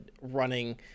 running